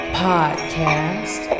podcast